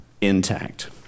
intact